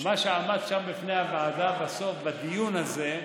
מה שעמד שם בפני הוועדה בסוף, בדיון הזה,